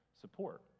support